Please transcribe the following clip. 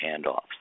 handoffs